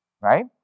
right